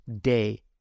day